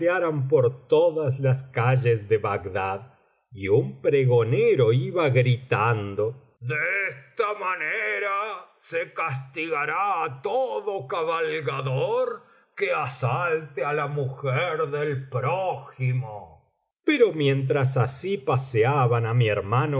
pasearan por todas las calles de bagdad y un pregonero iba gritando de esta manera se castigará á todo cabalgador que asalte á la mujer del prójimo pero mientras así paseaban á mi hermano